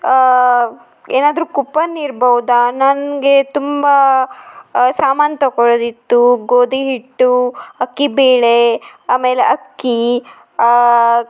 ಏನಾದರೂ ಕುಪನ್ ಇರ್ಬೋದಾ ನನಗೆ ತುಂಬಾ ಸಾಮಾನು ತಕೊಳ್ಳೋದಿತ್ತು ಗೋಧಿ ಹಿಟ್ಟು ಅಕ್ಕಿ ಬೇಳೆ ಆಮೇಲೆ ಅಕ್ಕಿ